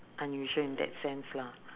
unusual in that sense lah